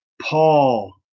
Paul